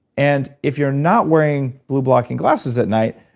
and if you're not wearing blueblocking glasses at night,